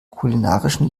kulinarischen